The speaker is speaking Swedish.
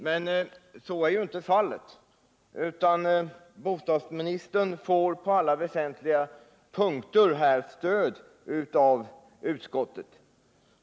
Men så är inte fallet, utan bostadsministern får på alla väsentliga punkter stöd av utskottet.